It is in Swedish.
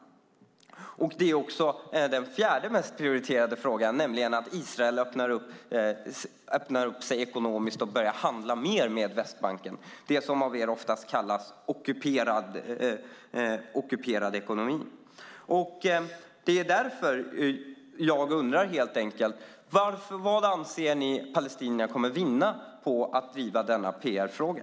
Den fjärde mest prioriterade frågan är att Israel öppnar sig ekonomiskt och börjar handla mer med Västbanken - det som av er oftast kallas för ockuperad ekonomi. Det är därför jag undrar: Vad anser ni att palestinierna kommer att vinna på att driva denna PR-fråga?